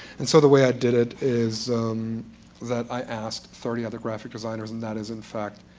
and so the way i did it is that i asked thirty other graphic designers, and that is, in fact,